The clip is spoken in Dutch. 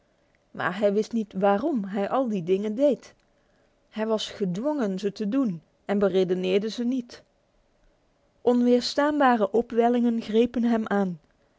maar hij wist niet waarom hij al die dingen deed hij was gedwongen ze te doen en beredeneerde ze niet onweerstaanbare opwellingen grepen hem aan